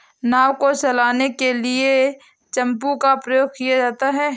नाव को चलाने के लिए चप्पू का प्रयोग किया जाता है